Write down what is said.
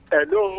Hello